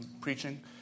preaching